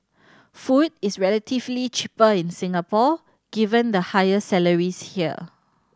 food is relatively cheaper in Singapore given the higher salaries here